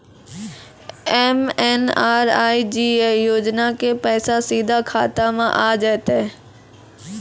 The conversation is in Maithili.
एम.एन.आर.ई.जी.ए योजना के पैसा सीधा खाता मे आ जाते?